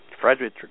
Frederick